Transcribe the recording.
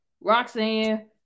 Roxanne